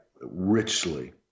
richly